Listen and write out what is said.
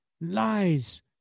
Lies